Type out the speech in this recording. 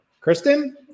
Kristen